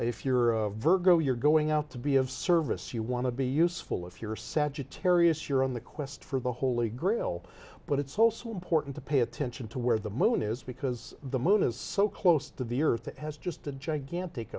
if you're a virgo you're going out to be of service you want to be useful if you're sagittarius you're on the quest for the holy grail but it's also important to pay attention to where the moon is because the moon is so close to the earth it has just a gigantic